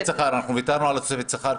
ויתרנו על תוספת השכר,